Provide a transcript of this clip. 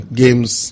games